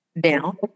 down